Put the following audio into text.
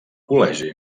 col·legi